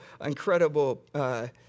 incredible